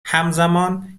همزمان